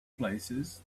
places